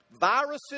viruses